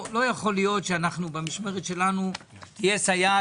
לא יכול להיות שבמשמרת שלנו תהיה סייעת